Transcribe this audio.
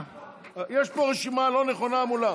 יש פה רשימה לא נכונה מולם.